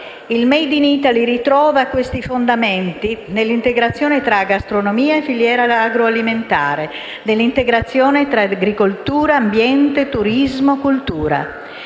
Il *made in Italy* ritrova questi fondamenti nell'integrazione tra gastronomia e filiera agroalimentare, nell'integrazione tra agricoltura, ambiente, turismo e cultura.